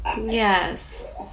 Yes